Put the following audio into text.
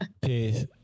Peace